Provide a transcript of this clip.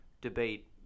debate